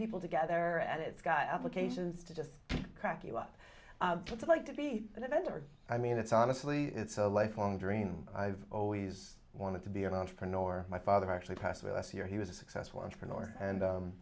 people together and it's got applications to just crack you up it's like to be an inventor i mean it's honestly it's a lifelong dream i've always wanted to be an entrepreneur or my father actually passed away last year he was a successful entrepreneur and